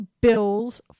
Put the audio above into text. Bills